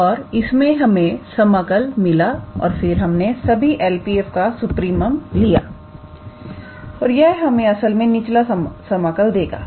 तो इससे हमें समाकल मिला और फिर हमने सभी 𝐿𝑃 𝑓 का सुप्रीमम लिया और यह हमें असल में निचला समाकल देगा